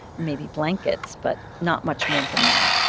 maybe blankets, but not much more than that.